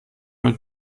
mit